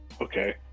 okay